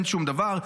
אין שום דבר.